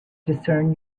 discern